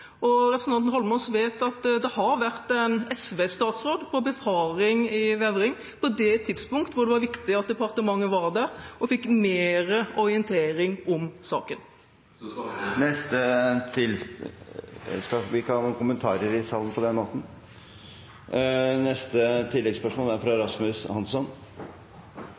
Representanten Eidsvoll Holmås vet at det har vært en SV-statsråd på befaring i Vevring på det tidspunktet hvor det var viktig at departementet var der og fikk mer orientering om saken. Så svaret er nei? Presidenten vil bemerke at vi ikke skal ha noen kommentarer i salen på den måten.